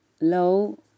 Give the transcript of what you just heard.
low